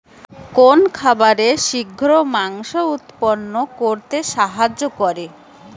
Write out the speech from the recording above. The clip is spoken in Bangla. কোন খাবারে শিঘ্র মাংস উৎপন্ন করতে সাহায্য করে?